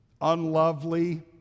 unlovely